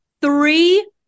three